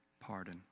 pardon